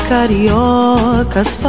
Cariocas